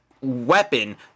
weapon